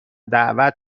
دعوت